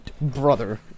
Brother